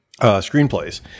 screenplays